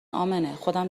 امنهخودم